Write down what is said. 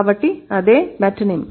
కాబట్టి అదే మెటోనిమ్